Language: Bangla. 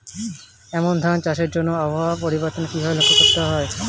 আমন ধান চাষের জন্য আবহাওয়া পরিবর্তনের কিভাবে লক্ষ্য রাখতে হয়?